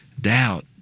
doubt